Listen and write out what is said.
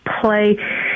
play